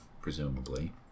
Presumably